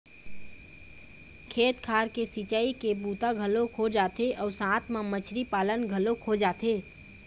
खेत खार के सिंचई के बूता घलोक हो जाथे अउ साथ म मछरी पालन घलोक हो जाथे